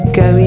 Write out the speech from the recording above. go